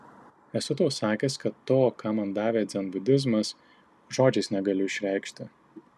esu tau sakęs kad to ką man davė dzenbudizmas žodžiais negaliu išreikšti